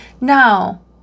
Now